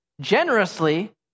generously